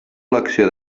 elecció